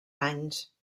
anys